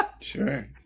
Sure